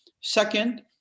second